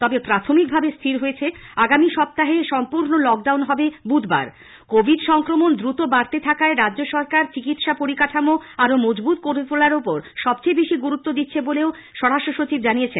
তবে প্রাথমিকভাবে স্থির হয়েছে আগামী সপ্তাহে সম্পূর্ণ লকডাউন হবে বুধবার কোভিড সংক্রমণ দ্রুত বাড়তে থাকায় রাজ্য সরকার চিকিৎসা পরিকাঠামো আরো মজবুত করে তোলার ওপর সবথেকে বেশি গুরুত্ব দিচ্ছে বলে আলাপন বাবু জানিয়েছেন